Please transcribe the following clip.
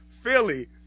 Philly